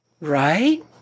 Right